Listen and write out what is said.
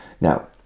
Now